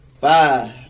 Five